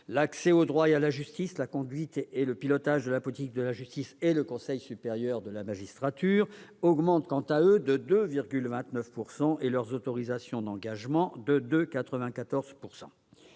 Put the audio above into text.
« Accès au droit et à la justice »,« Conduite et pilotage de la politique de la justice » et « Conseil supérieur de la magistrature » augmentent quant à eux de 2,29 %, et leurs autorisations d'engagement de 2,94 %.